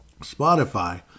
Spotify